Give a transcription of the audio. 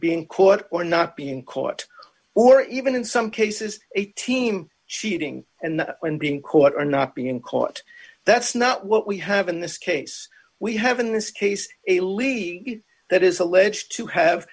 being caught or not being caught or even in some cases a team cheating and being caught or not being caught that's not what we have in this case we have in this case a league that is alleged to have